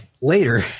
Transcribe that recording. later